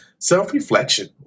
Self-reflection